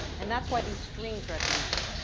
and that's why these strings are at the end,